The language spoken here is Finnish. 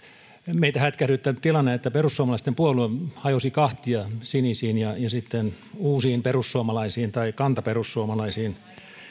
meitä hätkähdyttänyt tilanne että perussuomalaisten puolue hajosi kahtia sinisiin ja sitten uusiin perussuomalaisiin tai kantaperussuomalaisiin